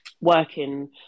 working